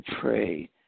pray